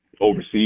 overseas